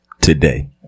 Today